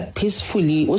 peacefully